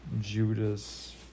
Judas